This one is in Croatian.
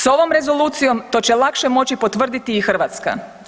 S ovom rezolucijom to će lakše moći potvrditi i Hrvatska.